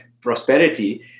prosperity